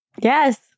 Yes